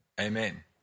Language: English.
Amen